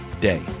day